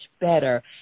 better